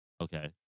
Okay